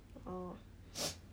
oh